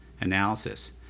analysis